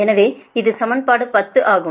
எனவே இது சமன்பாடு 10 ஆகும்